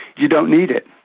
you don't need it.